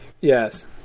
yes